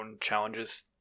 challenges